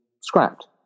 scrapped